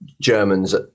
Germans